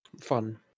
Fun